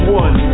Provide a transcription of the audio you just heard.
one